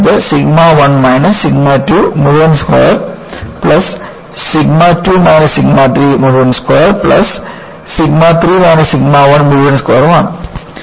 അതിനാൽ ഇത് sigma 1 minus sigma 2 മുഴുവൻ square plus sigma 2 minus sigma 3 മുഴുവൻ square plus sigma 3 minus sigma 1 മുഴുവൻ സ്ക്വയറും ആണ്